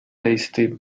tasty